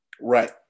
Right